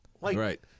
Right